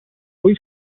lui